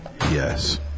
Yes